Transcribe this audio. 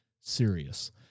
serious